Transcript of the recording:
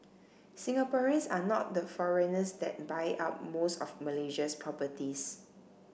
Singaporeans are not the foreigners that buy up most of Malaysia's properties